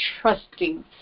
trusting